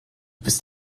bist